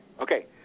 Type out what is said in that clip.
Okay